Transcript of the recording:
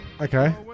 Okay